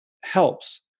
helps